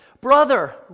brother